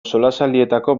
solasaldietako